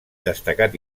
destacat